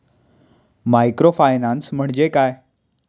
Microfinance म्हणजे काय?